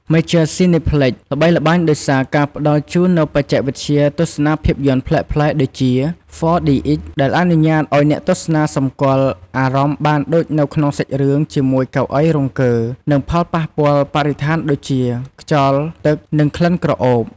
មេចឺ ស៊ីណេផ្លិច (Major Cineplex) ល្បីល្បាញដោយសារការផ្តល់ជូននូវបច្ចេកវិទ្យាទស្សនាភាពយន្តប្លែកៗ ដូចជា ហ្វ័រឌីអិច ដែលអនុញ្ញាតឱ្យអ្នកទស្សនាសម្គាល់អារម្មណ៍បានដូចនៅក្នុងសាច់រឿងជាមួយកៅអីរង្គើ និងផលប៉ះពាល់បរិស្ថានដូចជា ខ្យល់ ទឹក និងក្លិនក្រអូប។